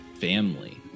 family